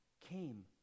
came